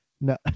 no